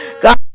God